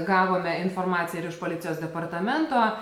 gavome informaciją ir iš policijos departamento